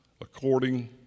according